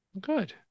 Good